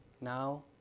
Now